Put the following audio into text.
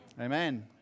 Amen